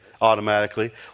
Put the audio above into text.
automatically